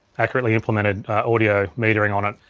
accurately implemented audio metering on it,